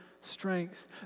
strength